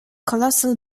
colossal